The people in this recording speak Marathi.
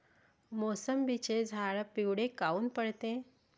मोसंबीचे झाडं पिवळे काऊन पडते?